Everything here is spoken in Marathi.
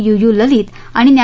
यू यू ललित आणि न्या